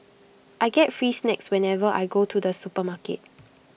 I get free snacks whenever I go to the supermarket